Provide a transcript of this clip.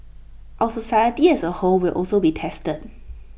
our society as A whole will also be tested